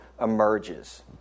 emerges